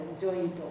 Joint